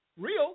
real